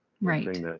Right